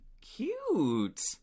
Cute